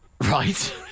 Right